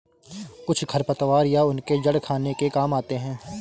कुछ खरपतवार या उनके जड़ खाने के काम आते हैं